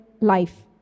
life